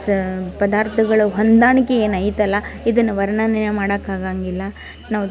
ಸಹ ಪದಾರ್ಥಗಳು ಹೊಂದಾಣಿಕೆ ಏನೈತಲ್ಲ ಇದನ್ನು ವರ್ಣನೆ ಮಾಡೋಕಾಗಂಗಿಲ್ಲ ನಾವು